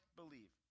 believe